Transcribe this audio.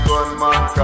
Gunman